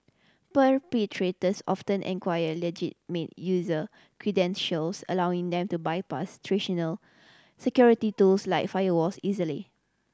perpetrators often inquire legitimate user credentials allowing them to bypass traditional security tools like firewalls easily